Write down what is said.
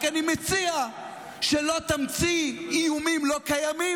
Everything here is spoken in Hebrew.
אני רק מציע שלא תמציא איומים לא קיימים